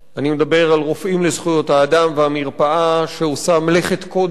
אני מדבר על "רופאים לזכויות אדם" והמרפאה שעושה מלאכת קודש